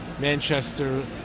Manchester